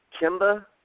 Kimba